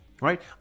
right